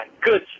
Good